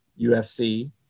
UFC